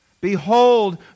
Behold